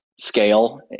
scale